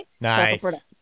Nice